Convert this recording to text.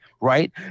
right